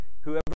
whoever